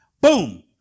Boom